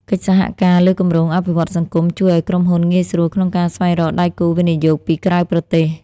កិច្ចសហការលើគម្រោងអភិវឌ្ឍន៍សង្គម ជួយឱ្យក្រុមហ៊ុនងាយស្រួលក្នុងការស្វែងរកដៃគូវិនិយោគពីក្រៅប្រទេស។